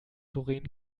doreen